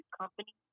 company